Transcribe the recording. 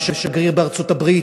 ושגריר בארצות-הברית,